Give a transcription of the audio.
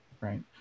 right